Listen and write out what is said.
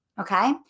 Okay